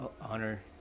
honor